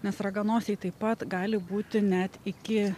nes raganosiai taip pat gali būti net iki